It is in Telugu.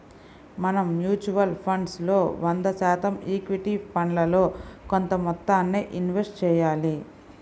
మనం మ్యూచువల్ ఫండ్స్ లో వంద శాతం ఈక్విటీ ఫండ్లలో కొంత మొత్తాన్నే ఇన్వెస్ట్ చెయ్యాలి